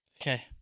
okay